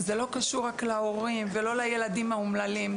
זה לא קשור רק להורים או לילדים האומללים,